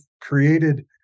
created